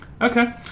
okay